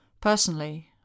Personally